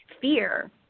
fear